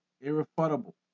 Irrefutable